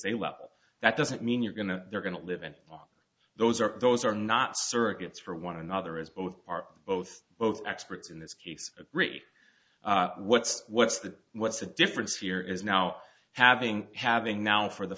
a level that doesn't mean you're going to they're going to live in all those are those are not surrogates for one another as both part both both experts in this case agree what's what's the what's the difference here is now having having now for the